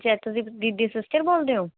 ਦੀਦੀ ਦੀ ਸਿਸਟਰ ਬੋਲਦੇ ਹੋ